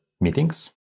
meetings